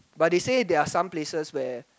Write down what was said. but they say there are some places where